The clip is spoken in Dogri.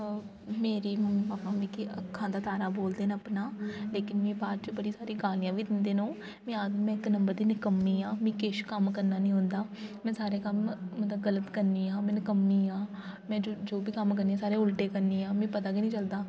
मेरे मम्मी पापा मिगी अक्खां दा तारा बोलदे न अपना लेकिन मी बाद च बडी सारियां गालियां बी दिंदे न ओह् मी आखदे न इक नम्बर दी नकम्मी आं मी केश कम्म काम करना नी औंदा में सारे कम्म मतलब गल्त करनी आं में नकम्मी आं में जो बी कम्म करनी आं सारे उल्टे करनी आं मी पता गै नी चलदा